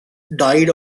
died